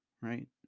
right